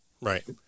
Right